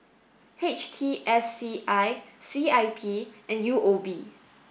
H T S C I C I P and U O B